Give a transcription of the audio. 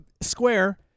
square